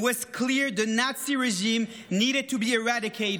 It was clear the Nazi regime needed to be eradicated.